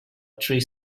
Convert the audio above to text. tree